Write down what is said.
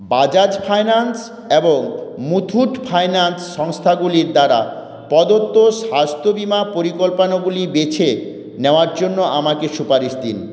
Bajaj finance এবং Muthoot finance সংস্থাগুলির দ্বারা প্রদত্ত স্বাস্থ্য বীমা পরিকল্পনাগুলি বেছে নেওয়ার জন্য আমাকে সুপারিশ দিন